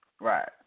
Right